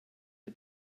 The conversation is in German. der